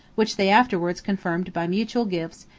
which they afterwards confirmed by mutual gifts,